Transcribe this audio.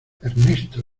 ernesto